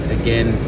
again